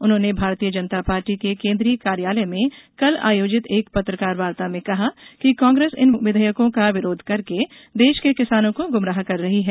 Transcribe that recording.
उन्होंने भारतीय जनता पार्टी के केंद्रीय कार्यालय में कल आयोजित एक पत्रकार वार्ता में कहा कि कांग्रेस इन विधेयकों का विरोध करके देश के किसानों को गुमराह कर रही है